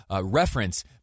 reference